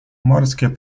morskie